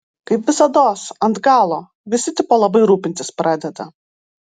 kaip visados ant galo visi tipo labai rūpintis pradeda